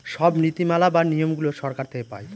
সব নীতি মালা বা নিয়মগুলো সরকার থেকে পায়